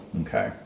Okay